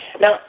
Now